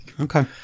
Okay